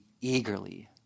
eagerly